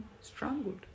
strangled